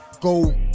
go